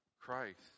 Christ